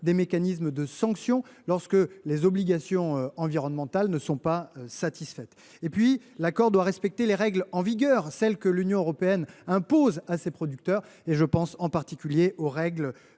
des mécanismes de sanction lorsque les obligations environnementales ne sont pas satisfaites. Il doit également respecter les règles en vigueur, celles que l’Union européenne impose à ses producteurs, notamment en matière de